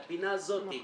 לפינה הזאת,